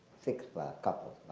six for a couple,